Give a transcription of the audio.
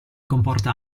comporta